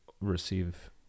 receive